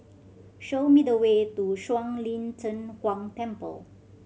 show me the way to Shuang Lin Cheng Huang Temple